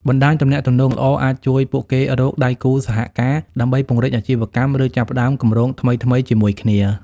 បណ្តាញទំនាក់ទំនងល្អអាចជួយពួកគេរក ដៃគូសហការ ដើម្បីពង្រីកអាជីវកម្ម ឬចាប់ផ្តើមគម្រោងថ្មីៗជាមួយគ្នា។